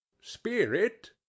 Spirit